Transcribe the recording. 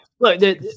look